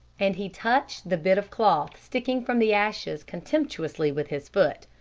and he touched the bit of cloth sticking from the ashes contemptuously with his foot.